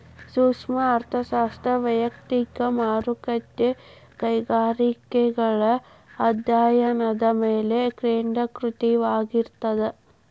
ಸೂಕ್ಷ್ಮ ಅರ್ಥಶಾಸ್ತ್ರ ವಯಕ್ತಿಕ ಮಾರುಕಟ್ಟೆ ಕೈಗಾರಿಕೆಗಳ ಅಧ್ಯಾಯನದ ಮೇಲೆ ಕೇಂದ್ರೇಕೃತವಾಗಿರ್ತದ